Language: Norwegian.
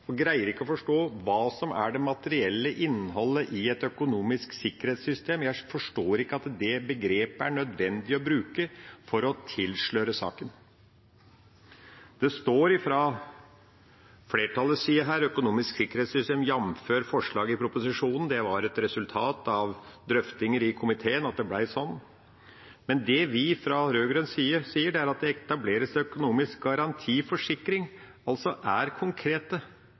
og greier ikke å forstå hva som er det materielle innholdet i et økonomisk sikkerhetssystem. Jeg forstår ikke at det begrepet er nødvendig å bruke for å tilsløre saken. I flertallets merknad står det «økonomisk sikkerhetssystem jf. proposisjonen». Det var et resultat av drøftinger i komiteen at det ble sånn. Men i merknaden fra den rød-grønne siden står det at «det etableres økonomisk garanti/forsikring» – vi er altså konkrete. Jeg er veldig overrasket over at det